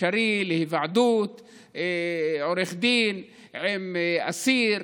אפשרי להיוועדות עורך דין עם אסיר,